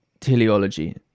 teleology